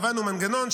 קבענו מנגנון,